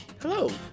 Hello